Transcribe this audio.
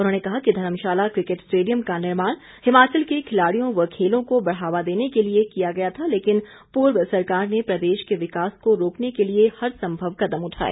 उन्होंने कहा है कि धर्मशाला किकेट स्टेडियम का निर्माण हिमाचल के खिलाड़ियों व खेलों को बढ़ावा देने के लिए किया गया था लेकिन पूर्व सरकार ने प्रदेश के विकास को रोकने के लिए हर संभव कदम उठाए